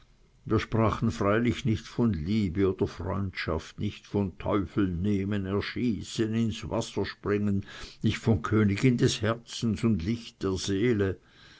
wir sprachen freilich nicht von liebe oder freundschaft nicht von teufelnehmen erschießen ins wasser springen nicht von königin des herzens und licht der seele